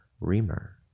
reamer